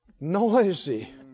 noisy